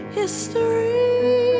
history